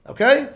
Okay